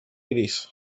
gris